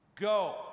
Go